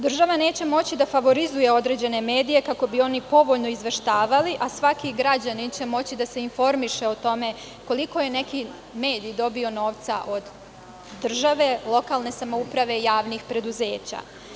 Država neće moći da favorizuje određene medije kako bi oni povoljno izveštavali, a svaki građanin će moći da se informiše o tome koliko je neki medij dobio novca od države, lokalne samouprave, javnih preduzeća.